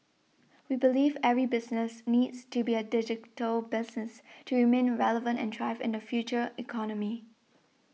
we believe every business needs to be a digital business to remain relevant and thrive in the future economy